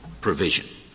provision